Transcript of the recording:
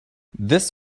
this